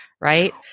right